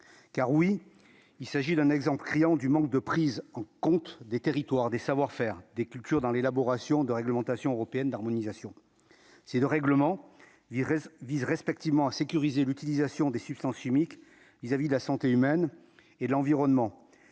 car oui, il s'agit d'un exemple criant du manque de prise en compte des territoires, des savoir-faire des cultures dans l'élaboration de réglementation européenne d'harmonisation si le règlement visent respectivement à sécuriser l'utilisation des substances chimiques vis-à-vis de la santé humaine et l'environnement